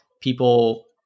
people